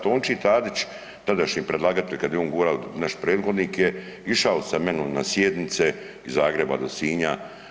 Tonči Tadić tadašnji predlagatelj kada je on govorio naš prethodnik je išao samnom na sjednice iz Zagreba do Sinja.